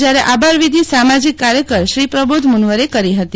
જયારે આભાર વિધિ સામાજિક કાર્યકર શ્રી પ્રબોધ મુનવરે કરી હતી